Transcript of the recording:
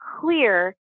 clear